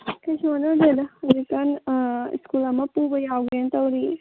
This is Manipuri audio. ꯀꯩꯁꯨ ꯍꯣꯠꯅꯗꯦꯗ ꯍꯧꯖꯤꯛꯀꯥꯟ ꯁ꯭ꯀꯨꯜ ꯑꯃ ꯄꯨꯕ ꯌꯥꯎꯒꯦ ꯇꯧꯔꯤ